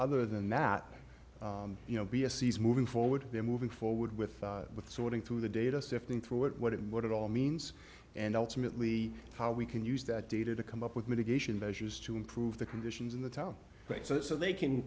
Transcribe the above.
other than that you know be a sees moving forward they're moving forward with with sorting through the data sifting through it what it is what it all means and ultimately how we can use that data to come up with mitigation measures to improve the conditions in the town great so they can